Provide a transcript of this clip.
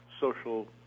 social